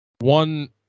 one